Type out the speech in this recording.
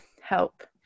help